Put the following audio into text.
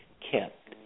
kept